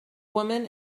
woman